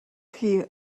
chi